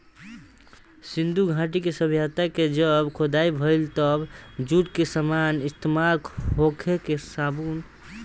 सिंधु घाटी के सभ्यता के जब खुदाई भईल तब जूट के सामान इस्तमाल होखे के सबूत मिलल